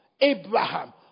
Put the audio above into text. Abraham